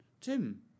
tim